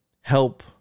help